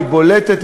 היא בולטת,